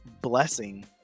blessing